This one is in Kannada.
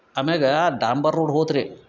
ಆಮೇಲ ಡಾಂಬರ್ ರೋಡ್ ಹೋತು ರೀ